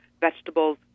vegetables